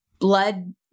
blood